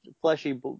fleshy